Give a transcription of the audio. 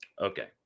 Okay